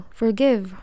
forgive